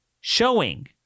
showing